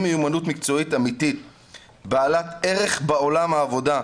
מיומנות מקצועית אמיתית בעלת ערך בעולם העבודה.